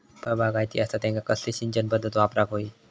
फळबागायती असता त्यांका कसली सिंचन पदधत वापराक होई?